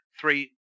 three